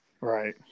right